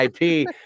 IP